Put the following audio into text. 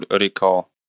recall